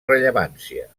rellevància